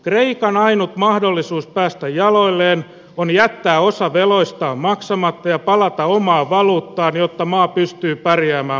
kreikan ainut mahdollisuus päästä jaloilleen on jättää osa veloistaan maksamatta ja palata omaan valuuttaan jotta maa pystyy pärjäämään maailmanmarkkinoilla